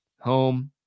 home